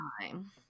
time